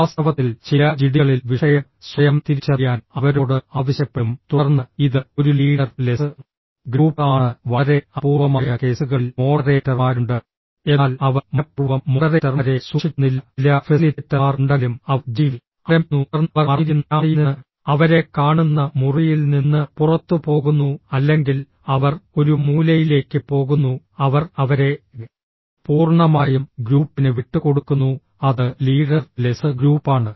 വാസ്തവത്തിൽ ചില ജിഡികളിൽ വിഷയം സ്വയം തിരിച്ചറിയാൻ അവരോട് ആവശ്യപ്പെടും തുടർന്ന് ഇത് ഒരു ലീഡർ ലെസ് ഗ്രൂപ്പ് ആണ് വളരെ അപൂർവമായ കേസുകളിൽ മോഡറേറ്റർമാരുണ്ട് എന്നാൽ അവർ മനഃപൂർവ്വം മോഡറേറ്റർമാരെ സൂക്ഷിക്കുന്നില്ല ചില ഫെസിലിറ്റേറ്റർമാർ ഉണ്ടെങ്കിലും അവർ ജിഡി ആരംഭിക്കുന്നു തുടർന്ന് അവർ മറഞ്ഞിരിക്കുന്ന ക്യാമറയിൽ നിന്ന് അവരെ കാണുന്ന മുറിയിൽ നിന്ന് പുറത്തുപോകുന്നു അല്ലെങ്കിൽ അവർ ഒരു മൂലയിലേക്ക് പോകുന്നു അവർ അവരെ പൂർണ്ണമായും ഗ്രൂപ്പിന് വിട്ടുകൊടുക്കുന്നു അത് ലീഡർ ലെസ് ഗ്രൂപ്പാണ്